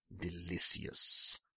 Delicious